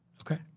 Okay